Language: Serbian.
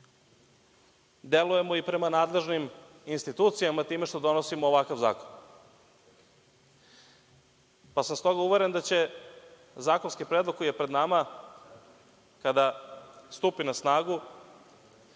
delujemo i prema nadležnim institucijama time što donosimo ovakav zakon. Stoga sam uveren da će zakonski predlog koji je pred nama kada stupi na snagu